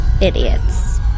Idiots